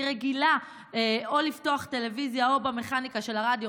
היא רגילה או לפתוח טלוויזיה או במכניקה של הרדיו,